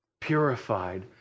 purified